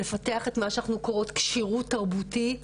לפתח את מה שאנחנו קוראות לו כשירות תרבותית,